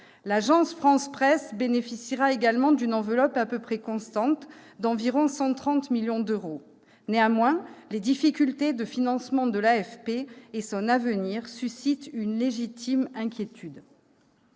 L'Agence France Presse bénéficiera également d'une enveloppe à peu près constante, d'environ 130 millions d'euros. Néanmoins, les difficultés de financement de l'AFP et son avenir suscitent une légitime inquiétude.